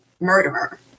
murderer